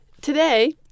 today